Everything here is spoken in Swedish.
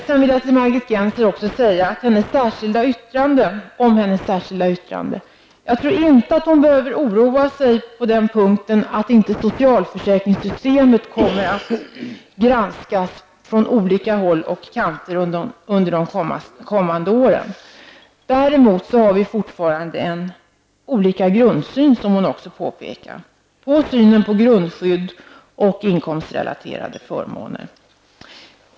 Sedan vill jag till Margit Gennser med anledning av hennes särskilda yttrande säga att hon inte behöver oroa sig. Socialförsäkringssystemet kommer nog att granskas från olika håll och kanter under de kommande åren. Däremot har vi fortfarande, som Margit Gennser också påpekade, olika grundsyn på grundskydd och inkomstrelaterade förmåner.